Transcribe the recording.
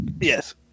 Yes